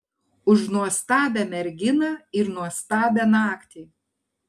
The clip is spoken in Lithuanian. už nuostabią merginą ir nuostabią naktį